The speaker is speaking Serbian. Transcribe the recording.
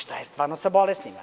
Šta je stvarno sa bolesnima?